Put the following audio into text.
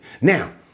Now